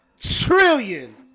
trillion